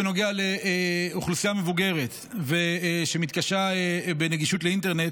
בנוגע לאוכלוסייה מבוגרת שמתקשה בגישה לאינטרנט,